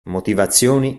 motivazioni